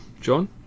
John